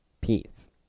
Peace